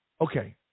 Okay